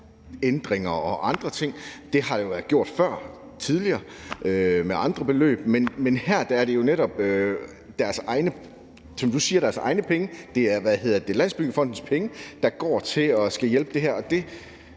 huslejeændringer og andre ting. Det har jo været gjort tidligere med andre beløb, men her er det jo netop deres egne penge, som du siger. Det er Landsbyggefondens penge, der går til at skulle hjælpe